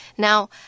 Now